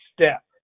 step